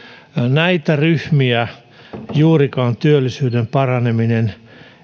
näitä ryhmiä juurikaan työllisyyden paraneminen